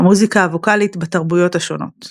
המוזיקה הווקאלית בתרבויות השונות